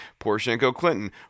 Poroshenko-Clinton